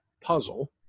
puzzle